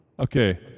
Okay